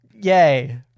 Yay